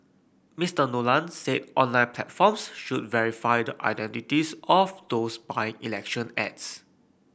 Mister Nolan said online platforms should verify the identities of those buying election ads